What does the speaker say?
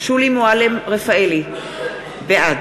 שולי מועלם-רפאלי, בעד